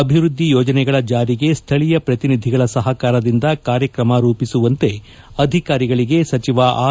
ಅಭಿವ್ವದ್ದಿ ಯೋಜನೆಗಳ ಜಾರಿಗೆ ಸ್ಥಳೀಯ ಪ್ರತಿನಿಧಿಗಳ ಸಹಕಾರದಿಂದ ಕಾರ್ಯಕ್ರಮ ರೂಪಿಸುವಂತೆ ಅಧಿಕಾರಿಗಳಿಗೆ ಸಚಿವ ಆರ್